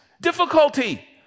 difficulty